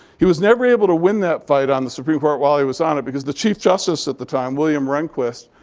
he was never able to win that fight on the supreme court while he was on it, because the chief justice at the time, william rehnquist,